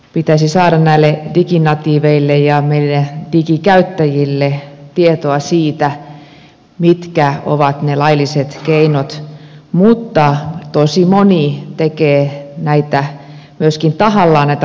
pitäisi saada näille diginatiiveille ja meille digikäyttäjille tietoa siitä mitkä ovat ne lailliset keinot mutta tosi moni tekee myöskin tahallaan näitä laittomuuksia